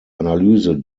analyse